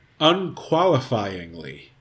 unqualifyingly